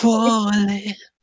Falling